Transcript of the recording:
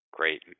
Great